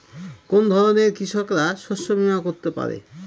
কোন ধরনের কৃষকরা শস্য বীমা করতে পারে?